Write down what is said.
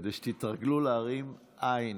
כדי שתתרגלו להרים עין.